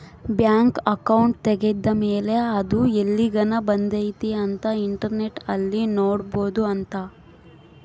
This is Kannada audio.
ಬ್ಯಾಂಕ್ ಅಕೌಂಟ್ ತೆಗೆದ್ದ ಮೇಲೆ ಅದು ಎಲ್ಲಿಗನ ಬಂದೈತಿ ಅಂತ ಇಂಟರ್ನೆಟ್ ಅಲ್ಲಿ ನೋಡ್ಬೊದು ಅಂತ